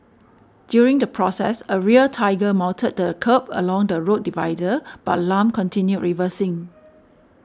during the process a rear tiger mounted the kerb along the road divider but Lam continued reversing